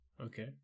Okay